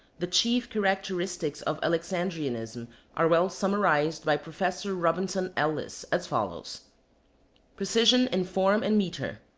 the chief characteristics of alexandrianism are well summarized by professor robinson ellis as follows precision in form and metre,